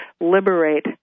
liberate